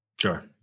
Sure